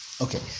Okay